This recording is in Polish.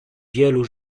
wielu